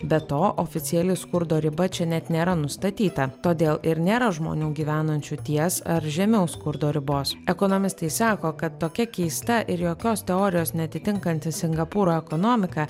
be to oficiali skurdo riba čia net nėra nustatyta todėl ir nėra žmonių gyvenančių ties ar žemiau skurdo ribos ekonomistai sako kad tokia keista ir jokios teorijos neatitinkanti singapūro ekonomika